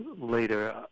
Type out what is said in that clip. later